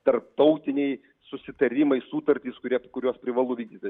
tarptautiniai susitarimai sutartys kurie kuriuos privalu vykdyt